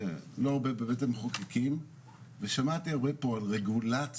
לא הרבה בבית המחוקקים ושמעתי הרבה פה על רגולציות